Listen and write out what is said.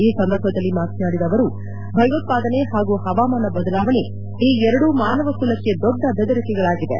ಈ ಸಂದರ್ಭದಲ್ಲಿ ಮಾತನಾದಿದ ಅವರು ಭಯೋತ್ವಾದನೆ ಹಾಗೂ ಹವಾಮಾನ ಬದಲಾವಣೆ ಈ ಎರಡೂ ಮಾನವ ಕುಕ್ಕೆ ದೊಡ್ಡ ಬೆದರಿಕೆಗಳಾಗಿವೆ